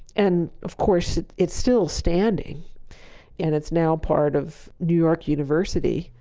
and of course, it's still standing and it's now part of new york university.